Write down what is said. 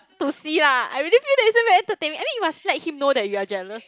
to see lah I really feel that this one very entertaining and then must let him know that you are jealous